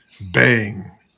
bang